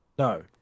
No